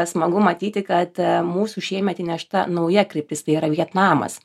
smagu matyti kad mūsų šiemet įnešta nauja kryptis tai yra vietnamas